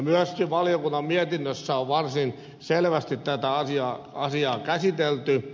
myöskin valiokunnan mietinnössä on varsin selvästi tätä asiaa käsitelty